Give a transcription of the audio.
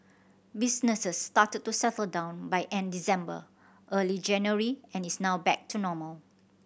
business started to settle down by end December early January and is now back to normal